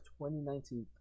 2019